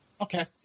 Okay